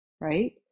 right